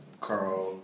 Carl